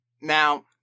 Now